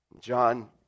John